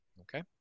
okay